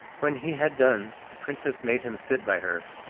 when he had done the princess made him sit by her,